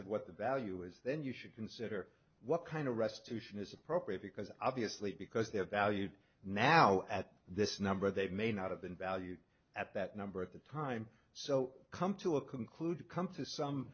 of what the value is then you should consider what kind of restitution is appropriate because obviously because they have value now at this number they may not have been valued at that number at the time so come to a concluded come to some